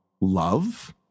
love